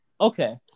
Okay